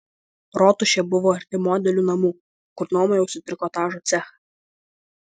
rotušė buvo arti modelių namų kur nuomojausi trikotažo cechą